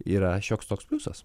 yra šioks toks pliusas